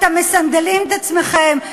אתם מסנדלים את עצמכם.